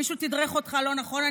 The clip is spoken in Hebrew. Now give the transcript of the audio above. מישהו תדרך אותך לא נכון.